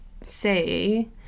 say